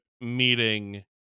meeting